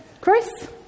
Chris